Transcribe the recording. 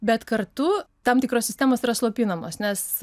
bet kartu tam tikros sistemos yra slopinamos nes